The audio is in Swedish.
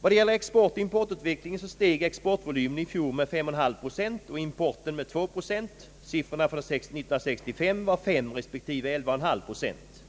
Vad gäller exportoch importutvecklingen steg exportvolymen i fjol med 5,95 procent och importvolymen med 2 procent. Motsvarande siffror för år 1965 var 5 respektive 11,5 procent.